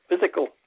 physical